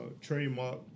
Trademark